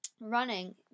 running